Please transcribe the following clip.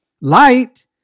light